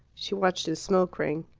she watched his smoke-ring.